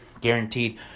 Guaranteed